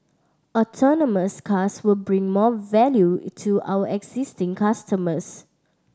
autonomous cars will bring more value to our existing customers